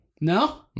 No